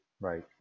right